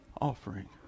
offering